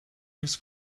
his